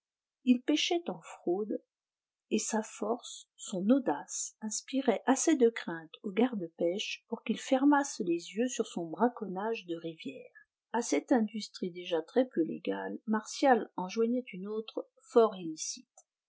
il pêchait en fraude et sa force son audace inspiraient assez de crainte aux gardes pêche pour qu'ils fermassent les yeux sur son braconnage de rivière à cette industrie déjà très-peu légale martial en joignait une autre fort